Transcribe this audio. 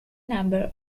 number